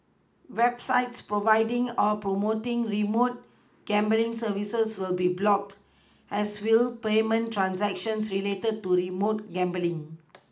websites providing or promoting remote gambling services will be blocked as will payment transactions related to remote gambling